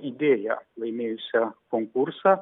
idėją laimėjusią konkursą